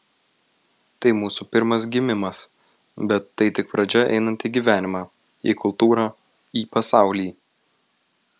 tai mūsų pirmas gimimas bet tai tik pradžia einant į gyvenimą į kultūrą į pasaulį